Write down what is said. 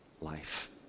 life